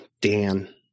Dan